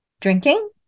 drinking